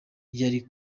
yari